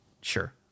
Sure